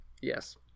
Yes